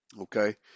Okay